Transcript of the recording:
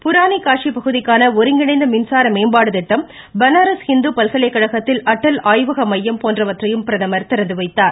புரானிகாஷி பகுதிக்கான ஒருங்கிணைந்த மின்சார மேம்பாட்டு திட்டம் பனாரஸ் ஹிந்து பல்கலைக்கழகத்தில் அடல் ஆய்வக மையம் போன்றவற்றையும் பிரதமர் திறந்து வைத்தார்